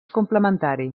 complementari